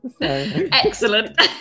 excellent